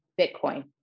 Bitcoin